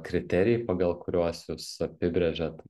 kriterijai pagal kuriuos jūs apibrėžiat